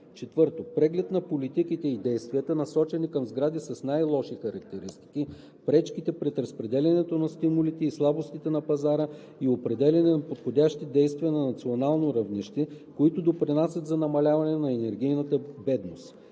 4. преглед на политиките и действията, насочени към сгради с най-лоши характеристики, пречките пред разпределянето на стимулите и слабостите на пазара и определяне на подходящи действия на национално равнище, които допринасят за намаляване на енергийната бедност;